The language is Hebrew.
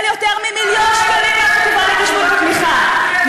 הוא מקבל יותר ממיליון שקלים מהחטיבה להתיישבות בתמיכה,